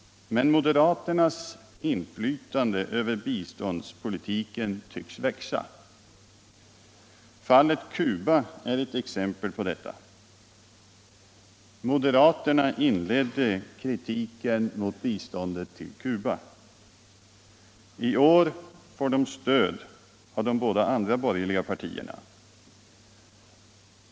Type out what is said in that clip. Men moderaternas inflytande över biståndspolitiken tycks växa. Fallet Cuba är ett exempel på detta. Moderaterna inledde kritiken mot biståndet tilt Cuba. I år får de stöd av de båda andra borgerliga partierna.